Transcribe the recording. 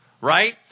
right